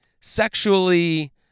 sexually